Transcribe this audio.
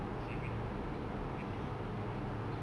it's like very cool I think you would think it's cool also